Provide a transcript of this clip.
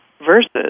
versus